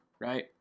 right